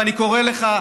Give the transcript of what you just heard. ואני קורא לך,